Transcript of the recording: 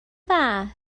dda